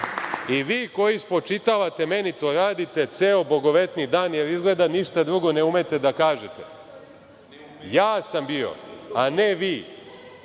EU.Vi koji spočitavate, meni to radite ceo botovetni dan, jer izgleda ništa drugo ne umete da kažete. Ja sam bio, a ne vi,